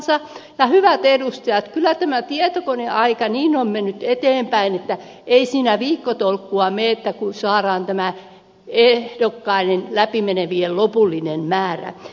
ja hyvät edustajat kyllä tämä tietokoneaika niin on mennyt eteenpäin että ei siinä viikkotolkkua mene kun saadaan läpi menevien ehdokkaiden lopullinen määrä